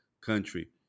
country